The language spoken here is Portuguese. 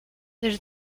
das